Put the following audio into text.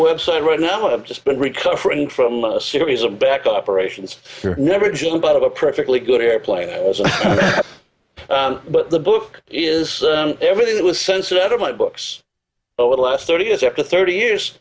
website right now i have just been recovering from a series of back operations never jump out of a perfectly good airplane but the book is everything that was censored out of my books over the last thirty years after thirty years